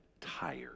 tired